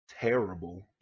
terrible